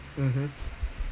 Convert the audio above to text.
mmhmm